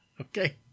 Okay